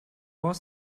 was